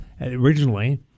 originally